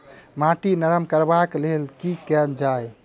माटि नरम करबाक लेल की केल जाय?